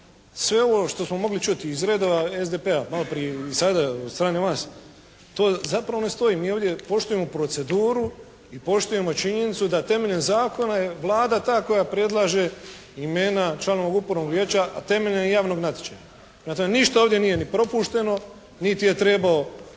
sve ovo što smo mogli čuti iz redova SDP-a malo prije i sada od strane vas, to zapravo ne stoji. Mi ovdje poštujemo proceduru i poštujemo činjenicu da temeljem zakona je Vlada ta koja predlaže imena članova Upravnog vijeća a temeljem javnog natječaja. Prema tome, ništa ovdje nije niti propušteno niti je trebao